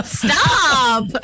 stop